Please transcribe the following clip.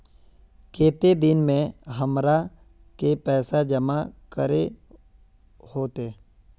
केते दिन में हमरा के पैसा जमा करे होते?